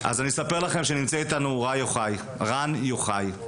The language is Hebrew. אז אני אספר לכם שנמצאת אתנו רן יוחאי,